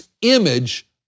image